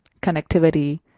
connectivity